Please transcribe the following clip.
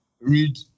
read